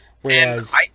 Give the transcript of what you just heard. Whereas